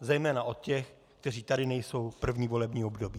Zejména od těch, kteří tady nejsou první volební období.